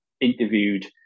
interviewed